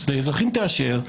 אז לאזרחים תאשר,